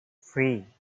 three